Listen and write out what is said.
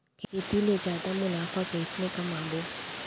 खेती ले जादा मुनाफा कइसने कमाबो?